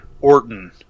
Orton